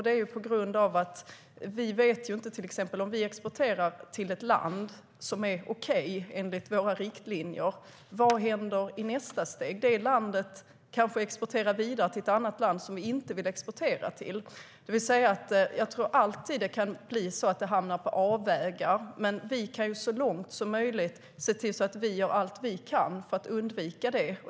Det är på grund av att vi, om vi till exempel exporterar till ett land som är okej enligt våra riktlinjer, inte vet vad som händer i nästa steg. Det landet kanske exporterar vidare till ett annat land, som vi inte vill exportera till. Jag tror att det alltid kan bli så att vapen hamnar på avvägar. Men vi kan så långt som möjligt se till att vi gör allt vi kan för att undvika det.